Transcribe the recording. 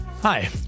Hi